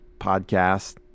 podcast